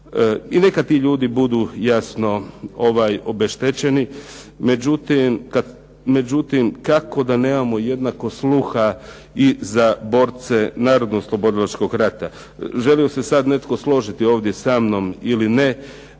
I neka ti ljudi budu jasno obeštećeni. Međutim, kako da nemamo jednako sluha i za borce narodnooslobodilačkog rata. Želio se sad netko složiti ovdje sa mnom ili ne,